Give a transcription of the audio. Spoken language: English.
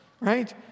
right